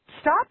stop